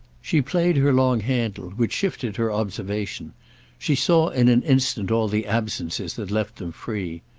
she played her long handle, which shifted her observation she saw in an instant all the absences that left them free.